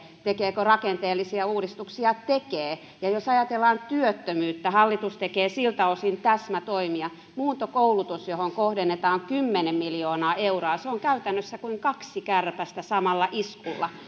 tekeekö rakenteellisia uudistuksia nostaisin esille että tekee ja jos ajatellaan työttömyyttä hallitus tekee siltä osin täsmätoimia muuntokoulutus johon kohdennetaan kymmenen miljoonaa euroa on käytännössä kuin kaksi kärpästä samalla iskulla